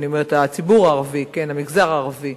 הציבור הערבי, המגזר הערבי,